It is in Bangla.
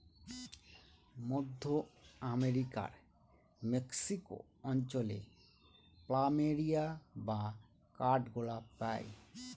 মধ্য আমেরিকার মেক্সিকো অঞ্চলে প্ল্যামেরিয়া বা কাঠগোলাপ পাই